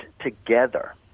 together